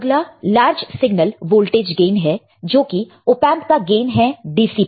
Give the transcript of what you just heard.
अगला large signal voltage gain है जो कि ऑपएंप का गेन है DC पर